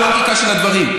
תקשיב טוב ללוגיקה של הדברים.